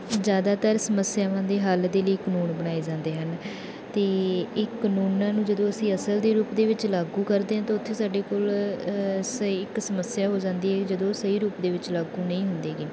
ਜ਼ਿਆਦਾਤਰ ਸਮੱਸਿਆਵਾਂ ਦੇ ਹੱਲ ਦੇ ਲਈ ਕਾਨੂੰਨ ਬਣਾਏ ਜਾਂਦੇ ਹਨ ਅਤੇ ਇਹ ਕਾਨੂੰਨਾਂ ਨੂੰ ਜਦੋਂ ਅਸੀਂ ਅਸਲ ਦੇ ਰੂਪ ਦੇ ਵਿੱਚ ਲਾਗੂ ਕਰਦੇ ਹਾਂ ਤਾਂ ਉੱਥੇ ਸਾਡੇ ਕੋਲ ਸਹੀ ਇੱਕ ਸਮੱਸਿਆ ਹੋ ਜਾਂਦੀ ਹੈ ਜਦੋਂ ਸਹੀ ਰੂਪ ਦੇ ਵਿੱਚ ਲਾਗੂ ਨਹੀਂ ਹੁੰਦੇ ਗੇ